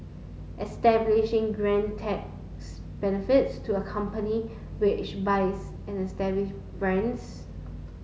establishing grant tax benefits to a company which buys an establish brands